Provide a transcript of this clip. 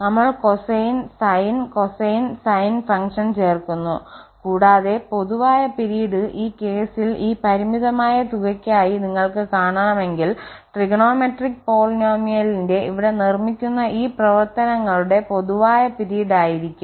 നമ്മൾ cosine sine cosine sine function ചേർക്കുന്നു കൂടാതെ പൊതുവായ പിരീഡ് ഈ കേസിൽ ഈ പരിമിതമായ തുകയ്ക്കായി നിങ്ങൾക്ക് കാണണമെങ്കിൽ ട്രിഗണോമെട്രിക് പോളിനോമിയലിന്റെ ഇവിടെ നിർമ്മിക്കുന്ന ഈ പ്രവർത്തനങ്ങളുടെ പൊതുവായ പിരീഡ് ആയിരിക്കും